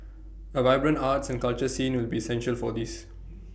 A vibrant arts and culture scene will be essential for this